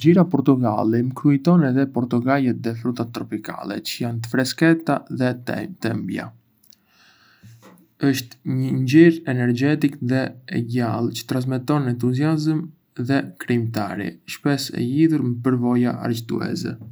Ngjyra portokalli më kujton portokallet dhe frutat tropikale, çë janë të freskëta dhe të ëmbla. Është një ngjyrë energjike dhe e gjallë çë transmeton entuziazëm dhe krijimtari, shpesh e lidhur me përvoja argëtuese.